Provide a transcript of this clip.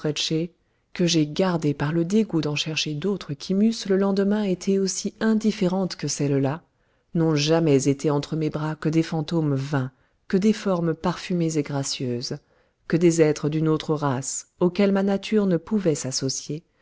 que j'ai gardées par le dégoût d'en chercher d'autres qui m'eussent le été aussi indifférentes que celles-là n'ont jamais été entre mes bras que des fantômes vains que des formes parfumées et gracieuses que des êtres d'une autre race auxquels ma nature ne pouvait s'associer